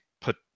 put